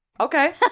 Okay